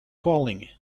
falling